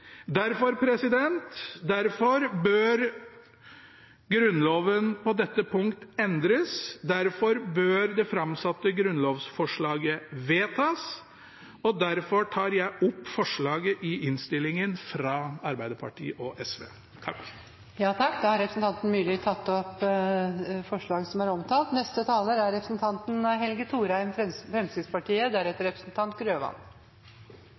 Derfor bør Grunnloven på dette punkt endres, derfor bør det framsatte grunnlovsforslaget vedtas, og derfor tar jeg opp forslaget i innstillingen fra Arbeiderpartiet og SV. Representanten Sverre Myrli har tatt opp det forslaget han refererte til. Først vil jeg kommentere innlegget til forrige taler